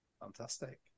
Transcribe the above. Fantastic